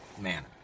manner